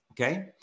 Okay